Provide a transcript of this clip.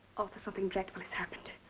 arthur, something dreadful has happened.